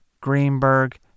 Greenberg